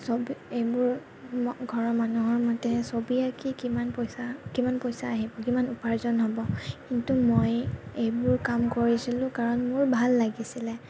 এইবোৰ ঘৰৰ মানুহৰ মতে ছবি আঁকি কিমান পইছা কিমান পইছা আহিব কিমান উপাৰ্জন হ'ব কিন্তু মই এইবোৰ কাম কৰিছিলো কাৰণ মোৰ ভাল লাগিছিলে